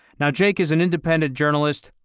now jake is an independent journalist.